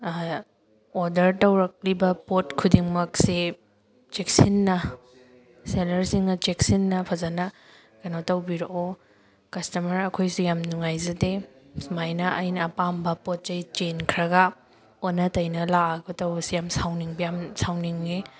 order ꯇꯧꯔꯛꯂꯤꯕ ꯄꯣꯠ ꯈꯨꯗꯤꯡꯃꯛꯁꯤ ꯆꯦꯛꯁꯤꯟꯅ ꯁꯦꯜꯂꯔꯁꯤꯡꯅ ꯆꯦꯛꯁꯤꯟꯅ ꯐꯖꯅ ꯀꯦꯅꯣ ꯇꯧꯕꯤꯔꯛꯑꯣ ꯀꯁꯇꯃꯔ ꯑꯩꯈꯣꯏꯁꯦ ꯌꯥꯝ ꯅꯨꯡꯉꯥꯏꯖꯗꯦ ꯁꯨꯃꯥꯏꯅ ꯑꯩꯅ ꯑꯄꯥꯝꯕ ꯄꯣꯠꯆꯩ ꯆꯦꯟꯈ꯭ꯔꯒ ꯑꯣꯟꯅ ꯇꯩꯅ ꯂꯥꯛꯑꯒ ꯇꯧꯕꯁꯦ ꯌꯥꯝ ꯁꯥꯎꯅꯤꯡꯕ ꯌꯥꯝ ꯁꯥꯎꯅꯤꯡꯉꯤ